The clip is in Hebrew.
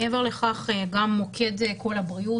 מעבר לכך גם מוקד קול הבריאות,